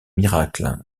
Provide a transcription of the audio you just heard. miracle